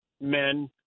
men